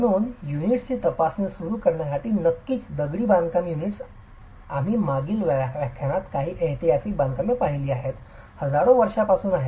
म्हणून युनिट्सची तपासणी सुरू करण्यासाठी नक्कीच दगडी बांधकाम युनिट्स आम्ही मागील व्याख्यानात काही ऐतिहासिक बांधकामे पाहिली आहेत हजारो वर्षांपासून आहेत